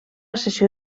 sessió